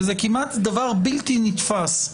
זה כמעט דבר בלתי נתפס,